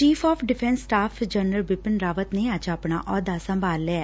chief of defence staff general Bipin Rawat ਨੇ ਅੱਜ ਆਪਣਾ ਅਹੁਦਾ ਸੰਭਾਲ ਲਿਐ